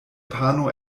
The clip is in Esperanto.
pano